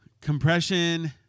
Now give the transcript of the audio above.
compression